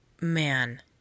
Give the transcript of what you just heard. man